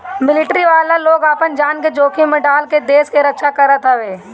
military वाला लोग आपन जान के जोखिम में डाल के देस के रक्षा करत हवे